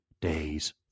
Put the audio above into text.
days